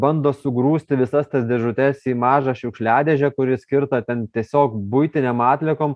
bando sugrūsti visas tas dėžutes į mažą šiukšliadėžę kuri skirta ten tiesiog buitinėm atliekom